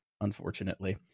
unfortunately